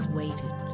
waited